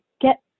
get